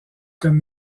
comme